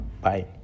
Bye